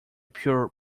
pure